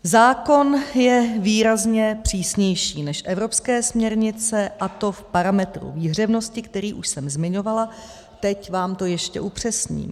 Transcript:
Zákon je výrazně přísnější než evropské směrnice, a to v parametru výhřevnosti, který už jsem zmiňovala, teď vám to ještě upřesním.